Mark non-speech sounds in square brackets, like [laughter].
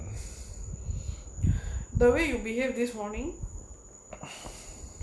[breath] the way you behave this morning